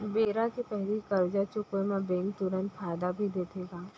बेरा के पहिली करजा चुकोय म बैंक तुरंत फायदा भी देथे का?